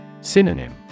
Synonym